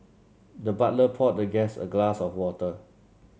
the butler poured the guest a glass of water